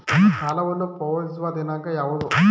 ನನ್ನ ಸಾಲವನ್ನು ಪಾವತಿಸುವ ದಿನಾಂಕ ಯಾವುದು?